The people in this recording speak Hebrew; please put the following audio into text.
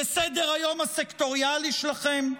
לסדר-היום הסקטוריאלי שלכם?